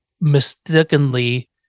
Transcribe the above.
mistakenly